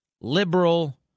liberal